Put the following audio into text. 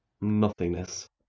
nothingness